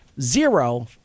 zero